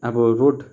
अब रोड